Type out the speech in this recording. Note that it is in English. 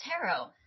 tarot